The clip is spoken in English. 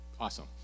Awesome